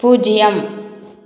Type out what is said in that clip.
பூஜ்ஜியம்